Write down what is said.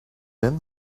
then